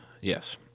Yes